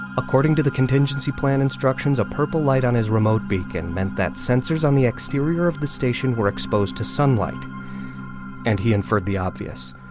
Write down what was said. according to the contingency plan instructions, a purple light on his remote beacon meant that sensors on the exterior of the station were exposed to sunlight and he inferred the obvious